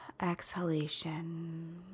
exhalation